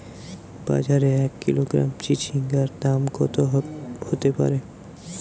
বাজারে এক কিলোগ্রাম চিচিঙ্গার দাম কত হতে পারে?